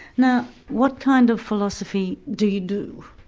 now, what kind of philosophy do you do?